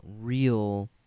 real